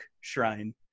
shrine